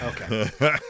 Okay